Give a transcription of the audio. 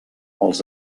els